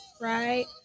right